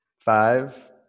Five